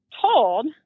told